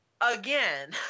Again